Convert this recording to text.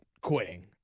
quitting